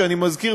שאני מזכיר,